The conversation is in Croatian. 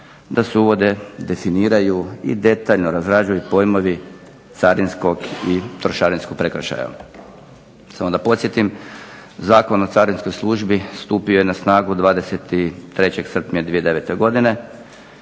da se uvode, definiraju i detaljno razrađuju pojmovi carinskog i trošarinskog prekršaja. Samo da podsjetim, Zakon o carinskoj službi stupio je na snagu 23. srpnja 2009. godine